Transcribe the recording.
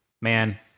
man